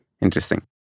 Interesting